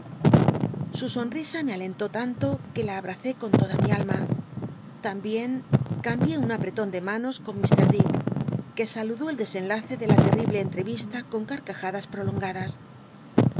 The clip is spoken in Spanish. indil'iduo sonrisa me alentó tan lo que ia abtacé con toda mi alma tambicn cambié un aprclon de manos con i t dick que saludó el desenlace de la lcl'l'iblc cnlte isla con c